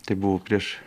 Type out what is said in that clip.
tai buvo prieš